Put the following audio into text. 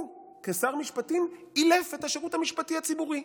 הוא, כשר משפטים, אילף את השירות המשפטי הציבורי.